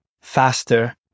faster